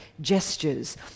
gestures